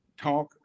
talk